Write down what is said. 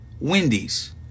Wendy's